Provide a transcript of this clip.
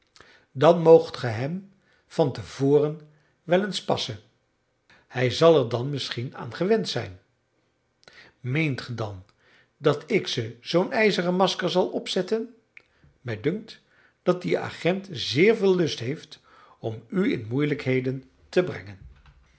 dan moogt gij hem van te voren wel eens passen hij zal er dan misschien aan gewend zijn meent ge dan dat ik ze zoo'n ijzeren masker zal opzetten mij dunkt dat die agent zeer veel lust heeft om u in moeielijkheden te brengen